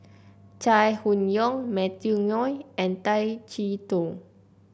Chai Hon Yoong Matthew Ngui and Tay Chee Toh